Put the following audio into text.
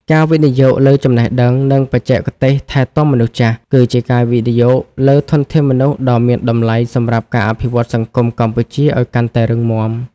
ការវិនិយោគលើចំណេះដឹង និងបច្ចេកទេសថែទាំមនុស្សចាស់ គឺជាការវិនិយោគលើធនធានមនុស្សដ៏មានតម្លៃសម្រាប់ការអភិវឌ្ឍសង្គមកម្ពុជាឱ្យកាន់តែរឹងមាំ។